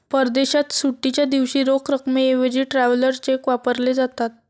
परदेशात सुट्टीच्या दिवशी रोख रकमेऐवजी ट्रॅव्हलर चेक वापरले जातात